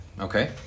Okay